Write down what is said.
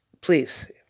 please